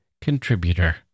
contributor